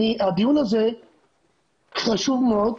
הדיון הזה חשוב מאוד,